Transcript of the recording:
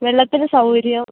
വെള്ളത്തിനു സൗകര്യം